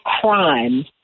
crime